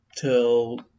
till